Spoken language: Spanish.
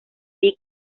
big